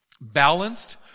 balanced